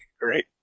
great